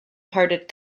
parted